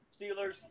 Steelers